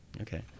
Okay